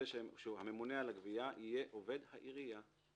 שהממונה על הגבייה יהיה עובד העירייה.